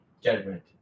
judgment